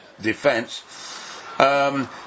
defence